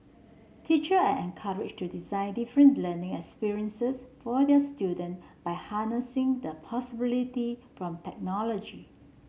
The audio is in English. teacher are encouraged to design different learning experiences for their student by harnessing the possibility from technology